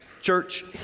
church